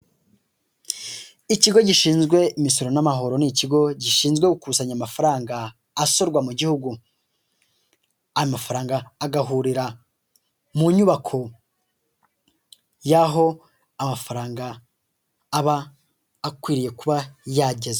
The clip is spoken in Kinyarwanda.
Ikigo gishinzwe imisoro n'amahoro ni ikigo gishinzwe gukusanya amafaranga asorwa mu gihugu. Aya mafaranga agahurira mu nyubako y'aho amafaranga aba akwiriye kuba yagezwa,